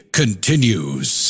continues